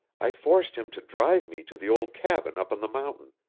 i forced him to drive me to the old cabin up on the mountain,